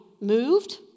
moved